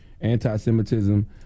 anti-Semitism